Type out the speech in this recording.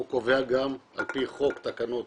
הוא קובע גם על פי חוק תקנות